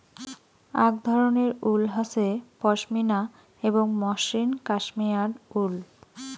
আক ধরণের উল হসে পশমিনা এবং মসৃণ কাশ্মেয়ার উল